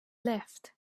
left